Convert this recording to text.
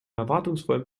erwartungsvollen